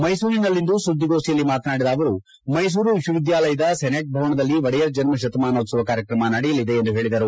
ಮೈಸೂರಿನಲ್ಲಿಂದು ಸುದ್ವಿಗೋಷ್ಠಿಯಲ್ಲಿ ಮಾತನಾಡಿದ ಅವರು ಮೈಸೂರು ವಿಶ್ವವಿದ್ದಾಲಯದ ಸೆನೆಟ್ ಭವನದಲ್ಲಿ ಒಡೆಯರ್ ಜನ್ಮ ಶತಮಾನೋತ್ಸವ ಕಾರ್ಯಕ್ರಮ ನಡೆಯಲಿದೆ ಎಂದು ತಿಳಿಸಿದರು